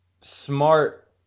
Smart